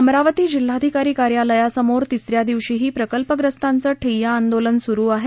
अमरावती जिल्हाधिकारी कार्यालयासमोर तिसऱ्या दिवशीही प्रकल्पग्रस्तांचं ठिय्या आंदोलन सुरू आहे